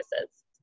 services